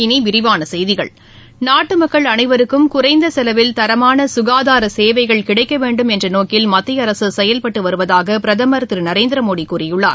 இனி விரிவான செய்திகள் நாட்டு மக்கள் அனைவருக்கும் குறைந்த செலவில் தரமான சுகாதார சேவைகள் கிடைக்க வேண்டும் என்ற நோக்கில் மத்திய அரசு செயல்பட்டு வருவதாக பிரதமர் திரு நரேந்திரமோடி கூறியுள்ளார்